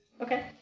Okay